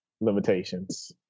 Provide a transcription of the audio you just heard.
limitations